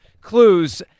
Clues